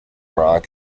rock